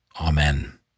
Amen